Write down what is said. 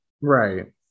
Right